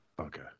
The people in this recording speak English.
Okay